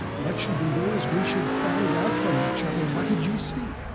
what should be done is we should find out from each other what did you see?